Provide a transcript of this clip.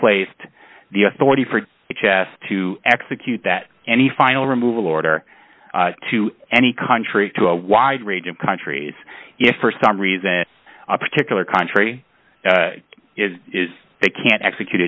placed the authority for the chest to execute that any final removal order to any country to a wide range of countries if for some reason a particular country is they can't execute